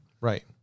Right